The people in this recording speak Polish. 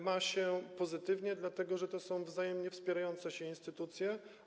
Ma się pozytywnie, dlatego że to są wzajemnie wspierające się instytucje.